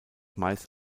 meist